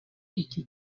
iki